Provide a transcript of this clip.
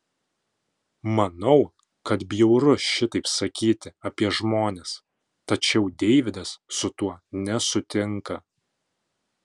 manau kad bjauru šitaip sakyti apie žmones tačiau deividas su tuo nesutinka